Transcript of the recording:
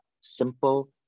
simple